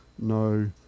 No